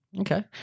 Okay